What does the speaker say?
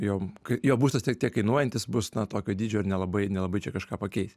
jo kai jo būstas tiek tiek kainuojantis bus na tokio dydžio ir nelabai nelabai čia kažką pakeisi